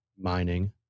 mining